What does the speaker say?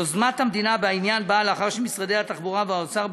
יוזמת המדינה בעניין באה לאחר שמשרדי התחבורה והאוצר,